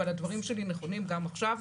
אבל הדברים שלי נכונים גם עכשיו,